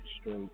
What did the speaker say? Straight